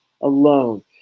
alone